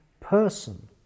person